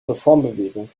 reformbewegung